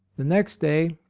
the next day,